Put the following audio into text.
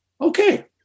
Okay